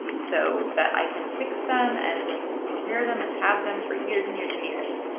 so that i can fix them, and like repair them, and have them for years and years and years.